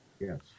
Yes